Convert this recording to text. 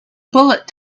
bullet